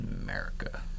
America